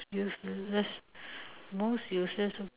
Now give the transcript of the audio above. useless most useless